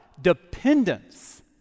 dependence